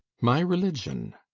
my religion?